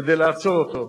כדי לעצור אותו.